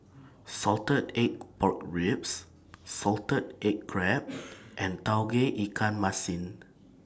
Salted Egg Pork Ribs Salted Egg Crab and Tauge Ikan Masin